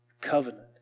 Covenant